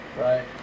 right